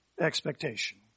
expectation